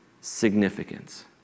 significance